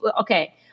Okay